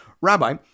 Rabbi